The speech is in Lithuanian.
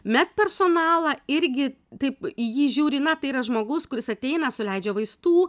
med personalą irgi taip į jį žiūri na tai yra žmogus kuris ateina suleidžia vaistų